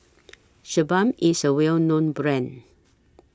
Sebamed IS A Well known Brand